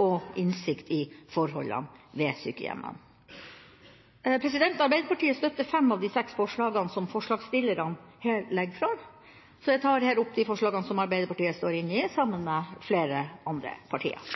og innsikt i forholdene ved sykehjemmene. Arbeiderpartiet støtter fem av de seks forslagene som forslagstillerne i representantforslaget legger fram, så jeg tar her opp de forslagene som Arbeiderpartiet står sammen med flere andre partier om.